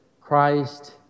Christ